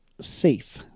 Safe